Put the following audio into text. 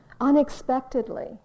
unexpectedly